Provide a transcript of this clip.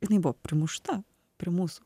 jinai buvo primušta prie mūsų